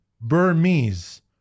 Burmese